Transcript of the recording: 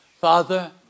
father